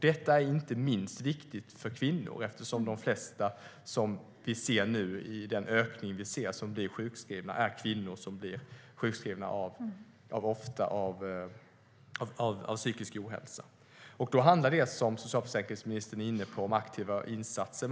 Detta är inte minst viktigt för kvinnor. Den ökning av sjukskrivna som vi ser nu handlar till stor del om kvinnor som ofta blir sjukskrivna på grund av psykisk ohälsa. Det handlar, som socialförsäkringsministern är inne på, om aktiva insatser.